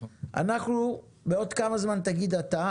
אנחנו בעוד כמה זמן תגיד אתה,